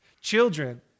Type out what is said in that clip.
Children